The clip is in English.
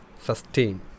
sustain